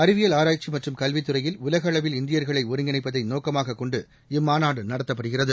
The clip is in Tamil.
அறிவியல் ஆராய்ச்சி மற்றும் கல்வித்துறையில் உலக அளவில் இந்தியர்களை ஒருங்கிணைப்பதை நோக்கமாக கொண்டு இந்த மாநாடு நடத்தப்படுகிறது